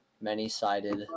many-sided